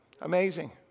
Amazing